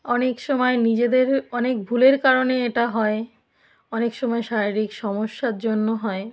অনেক সময় নিজেদের অনেক ভুলের কারণে এটা হয় অনেক সময় শারীরিক সমস্যার জন্য হয়